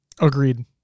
agreed